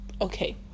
okay